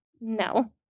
no